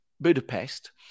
Budapest